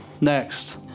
Next